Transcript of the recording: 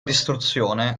distruzione